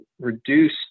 reduce